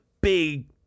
big